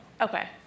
Okay